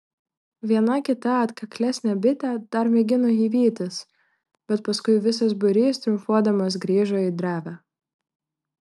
viena kita atkaklesnė bitė dar mėgino jį vytis bet paskui visas būrys triumfuodamas grįžo į drevę